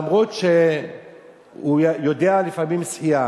לפעמים אף שהוא יודע לשחות.